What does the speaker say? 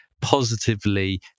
positively